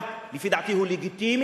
שלפי דעתי הוא מאבק לגיטימי,